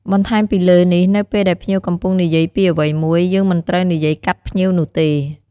បន្ថែមពីលើនេះ នៅពេលដែលភ្ញៀវកំពុងនិយាយពីអ្វីមួយ យើងមិនត្រូវនិយាយកាត់ភ្ញៀវនោះទេ។